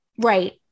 Right